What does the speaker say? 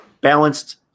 balanced